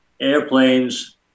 airplanes